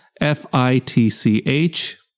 F-I-T-C-H